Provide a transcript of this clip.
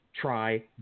try